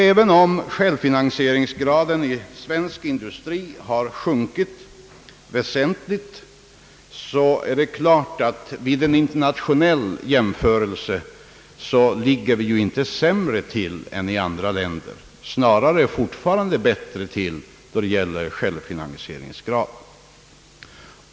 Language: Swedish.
Även om självfinansieringsgraden i svensk industri har sjunkit väsentligt är det klart att vi vid en internationell jämförelse inte ligger sämre till än andra länder, snarare fortfarande bättre.